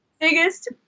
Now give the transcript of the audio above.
biggest